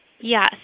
Yes